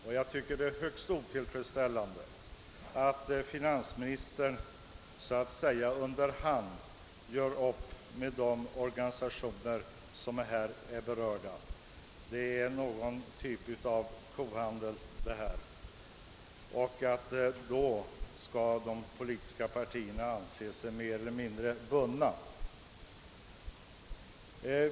Jag tycker därför att det är högst otillfredsställande, att finansministern så att säga under hand gör upp med de organisationer som är berörda i sådant sammanhang — det blir en form av kohandel — och att de politiska partierna sedan skall anse sig mer eller mindre bundna.